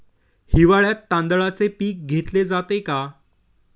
हिवाळ्यात तांदळाचे पीक घेतले जाते का?